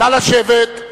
נא לשבת.